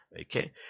Okay